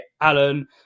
Alan